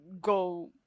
go